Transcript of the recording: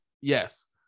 Yes